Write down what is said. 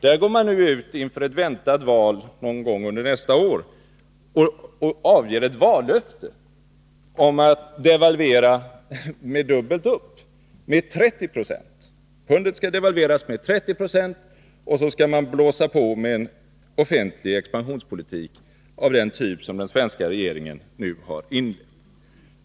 Där går man nu ut inför ett väntat val någon gång under nästa år och avger ett vallöfte om att devalvera dubbelt upp, med 30 26. Pundet skall alltså devalveras 'med 30 26, och så skall man blåsa på med en offentlig expansionspolitik av den typ som den svenska regeringen nu har inlett.